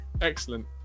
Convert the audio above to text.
excellent